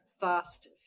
Fast